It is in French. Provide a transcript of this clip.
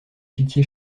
pitié